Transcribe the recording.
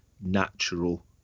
natural